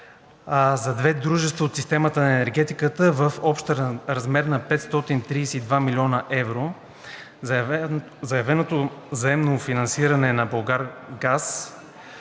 за две дружества от системата на енергетиката в общ размер на 532 млн. евро. Заявеното заемно финансиране за „Булгаргаз“